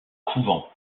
couvent